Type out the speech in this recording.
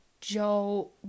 Joe